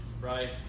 right